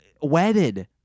wedded